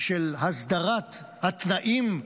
של הסדרת התנאים הפיזיים,